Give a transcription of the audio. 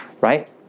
Right